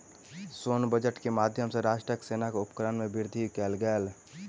सैन्य बजट के माध्यम सॅ राष्ट्रक सेनाक उपकरण में वृद्धि कयल गेल